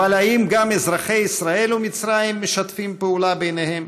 אבל האם גם אזרחי ישראל ואזרחי מצרים משתפים פעולה ביניהם?